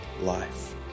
life